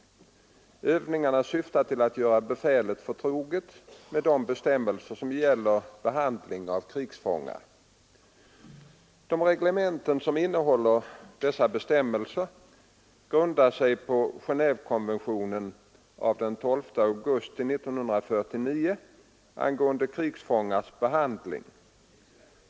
Övningarna syftar till att göra befälet förtroget med de bestämmelser som gäller behandling av krigsfångar. De reglementen som innehåller dessa bestämmelser grundar sig på Genévekonventionen av den 12 augusti 1949 angående krigsfångars behandling.